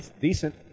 decent